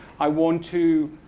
i want to